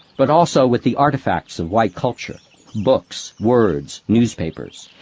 but also with the artefacts of white culture books, words, newspapers.